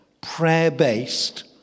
prayer-based